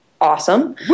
awesome